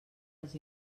els